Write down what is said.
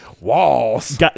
Walls